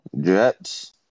Jets